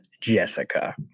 Jessica